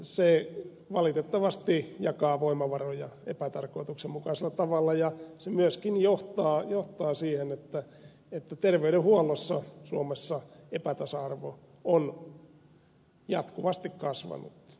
se valitettavasti jakaa voimavaroja epätarkoituksenmukaisella tavalla ja myöskin johtaa siihen että terveydenhuollossa suomessa epätasa arvo on jatkuvasti kasvanut